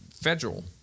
federal